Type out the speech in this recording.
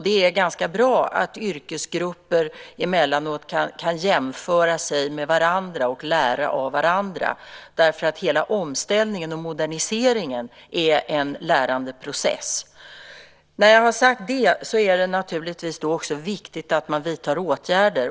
Det är ganska bra att yrkesgrupperna emellanåt kan jämföra sig med varandra och lära av varandra, därför att hela omställningen och moderniseringen är en lärandeprocess. Det är naturligtvis viktigt att man också vidtar åtgärder.